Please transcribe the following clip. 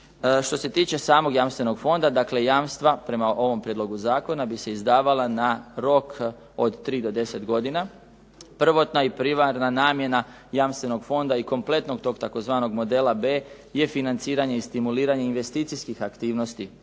Što se tiče samog jamstvenog fonda, dakle jamstva prema ovom prijedlogu zakona bi se izdavala na rok od 3 do 10 godina. Prvotna i primarna namjena jamstvenog fonda i kompletnog tog tzv. modela B je financiranje i stimuliranje investicijskih aktivnosti